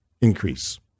increase